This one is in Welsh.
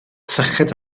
syched